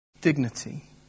dignity